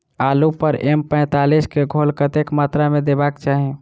आलु पर एम पैंतालीस केँ घोल कतेक मात्रा मे देबाक चाहि?